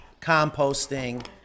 composting